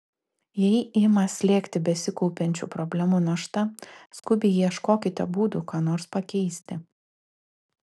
jei ima slėgti besikaupiančių problemų našta skubiai ieškokite būdų ką nors pakeisti